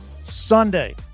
Sunday